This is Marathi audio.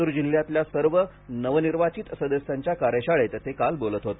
लातूर जिल्ह्यातल्या सर्व नवनिर्वाचित सदस्यांच्या कार्यशाळेत ते काल बोलत होते